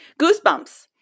Goosebumps